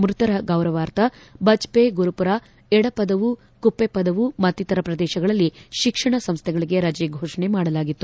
ಮೃತರ ಗೌರವಾರ್ಥ ಬಜ್ಜೆ ಗುರುಪುರ ಎಡಪದವು ಕುಪ್ಪಪದವು ಮತ್ತಿತರ ಪ್ರದೇಶಗಳಲ್ಲಿ ಶಿಕ್ಷಣ ಸಂಸ್ಥೆಗಳಗೆ ರಜೆ ಘೋಷಣೆ ಮಾಡಲಾಗಿತ್ತು